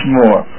more